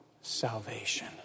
salvation